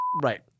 Right